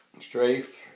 Strafe